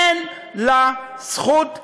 אין לה זכות קיום.